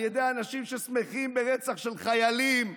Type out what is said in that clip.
על ידי אנשים ששמחים ברצח של חיילים,